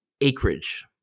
acreage